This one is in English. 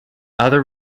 other